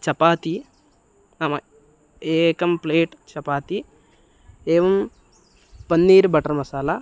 चपाति नाम एकं प्लेट् चपाति एवं पन्नीर् बटर् मसाला